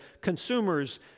consumers